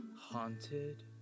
haunted